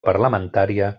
parlamentària